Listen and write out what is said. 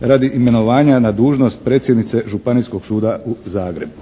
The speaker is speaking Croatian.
radi imenovanja na dužnost predsjednice Županijskog suda u Zagrebu.